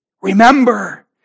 Remember